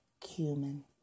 cumin